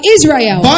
Israel